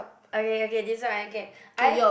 okay okay this one I can I